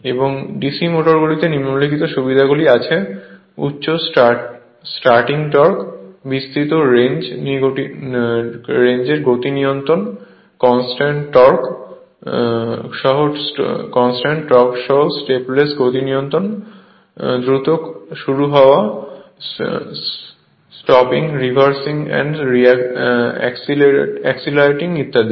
এবং DC মোটরগুলিতে নিম্নলিখিত সুবিধাগুলি আছে উচ্চ স্টার্টিং টর্ক বিস্তৃত রেঞ্জ গতি নিয়ন্ত্রণ কনস্ট্যান্ট টর্ক সহ সঠিক স্টেপলেস গতি নিয়ন্ত্রণ দ্রুত শুরু করা স্টপিং রিভার্সিং অ্যান্ড অ্যাক্সিলারেটিং ইত্যাদি